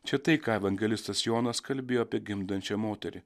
čia tai ką evangelistas jonas kalbėjo apie gimdančią moterį